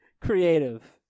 creative